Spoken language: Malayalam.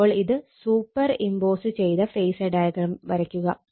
അപ്പോൾ ഇത് സൂപ്പർ ഇമ്പോസ് ചെയ്ത ഫേസർ ഡയഗ്രം വരയ്ക്കുക